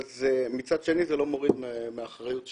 אבל מצד שני, זה לא מוריד מהאחריות שלנו.